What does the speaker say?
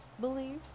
beliefs